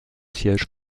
siège